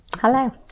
Hello